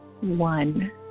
one